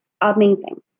amazing